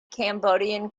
cambodian